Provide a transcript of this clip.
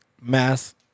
mass